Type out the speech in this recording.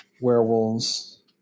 werewolves